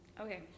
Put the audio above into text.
Okay